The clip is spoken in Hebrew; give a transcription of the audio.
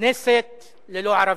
כנסת ללא ערבים.